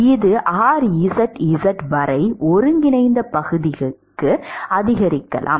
இது rzz வரை ஒருங்கிணைந்த பகுதிக்கு அதிகரிக்கலாம்